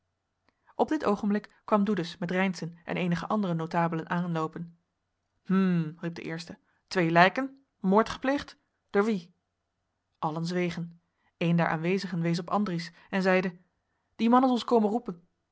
op dit oogenblik kwam doedes met reynszen en eenige andere notabelen aanloopen hm riep de eerste twee lijken moord gepleegd door wien allen zwegen een der aanwezigen wees op andries en zeide die man is ons komen roepen